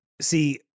See